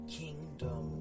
kingdom